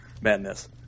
madness